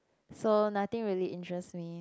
so nothing really interest me